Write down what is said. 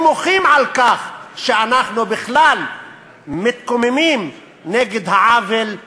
ומוחים על כך שאנחנו בכלל מתקוממים נגד העוול,